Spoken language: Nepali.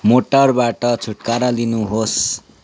मोटरबाट छुटकारा लिनुहोस्